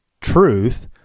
truth